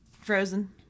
frozen